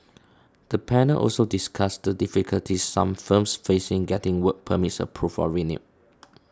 the panel also discussed the difficulties some firms faced in getting work permits approved or renewed